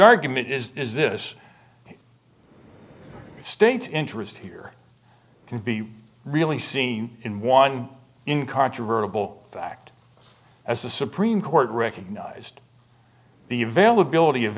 argument is this state's interest here can be really seen in one incontrovertibly fact as the supreme court recognized the availability of